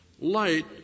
Light